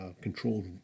controlled